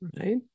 right